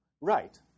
Right